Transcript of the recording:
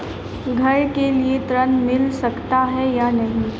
घर के लिए ऋण मिल सकता है या नहीं?